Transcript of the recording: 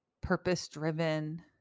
purpose-driven